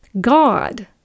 God